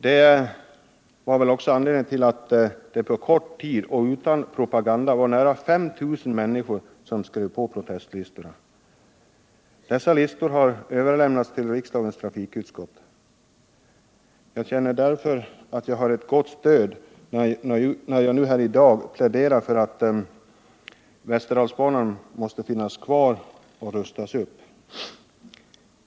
Detta var väl också anledningen till att det på kort tid — och utan propaganda — var nära 5 000 människor som skrev på protestlistorna. Dessa listor har överlämnats till riksdagens trafikutskott. Jag känner därför att jag har ett gott stöd, när jag nu här i dag pläderar för att Västerdalsbanan skall finnas kvar och rustas upp.